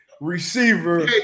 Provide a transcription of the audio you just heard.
receiver